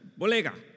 Bolega